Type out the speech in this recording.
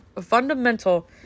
Fundamental